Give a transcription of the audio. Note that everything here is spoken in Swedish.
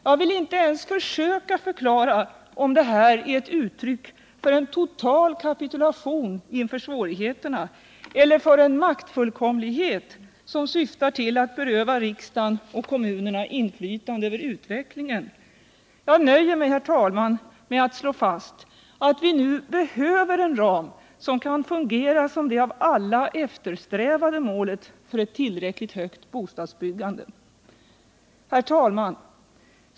Jag vill inte ens försöka avgöra om detta är ett uttryck för total kapitulation inför svårigheterna eller för en maktfullkomlighet som syftar till att beröva riksdagen och kommunerna inflytande över utvecklingen. Jag nöjer mig med att slå fast att vi nu behöver en ram som fungerar som det av alla eftersträvade målet för ett tillräckligt högt bostadsbyggande. Herr talman!